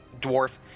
dwarf